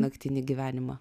naktinį gyvenimą